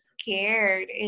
scared